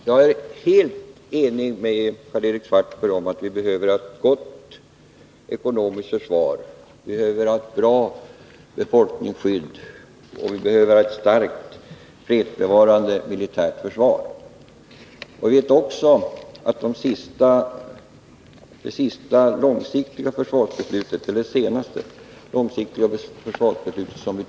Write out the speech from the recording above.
Fru talman! Jag är helt enig med Karl-Erik Svartberg om att vi behöver ett gott ekonomiskt försvar, ett bra befolkningsskydd och ett starkt fredsbevarande militärt försvar. Jag vet också att 1977 års försvarsbeslut är det senaste långsiktiga försvarsbeslutet.